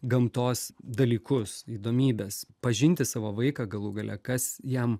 gamtos dalykus įdomybes pažinti savo vaiką galų gale kas jam